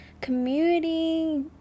community